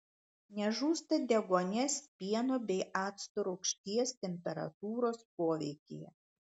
nežūsta deguonies pieno bei acto rūgšties temperatūros poveikyje